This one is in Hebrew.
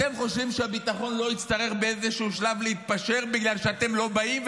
אתם חושבים שהביטחון לא יצטרך באיזשהו שלב להתפשר בגלל שאתם לא באים?